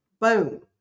boom